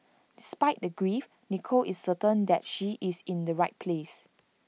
despite the grief Nicole is certain that she is in the right place